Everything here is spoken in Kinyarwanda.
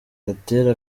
gatera